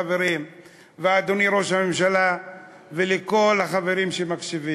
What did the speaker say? חברים ואדוני ראש הממשלה וכל החברים שמקשיבים: